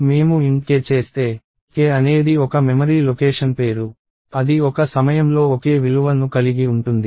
మేము int k చేస్తే k అనేది ఒక మెమరీ లొకేషన్ పేరు అది ఒక సమయంలో ఒకే విలువ ను కలిగి ఉంటుంది